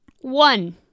One